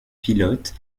pilote